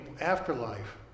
afterlife